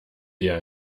dir